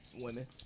women